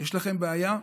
יש לכם בעיה,